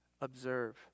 observe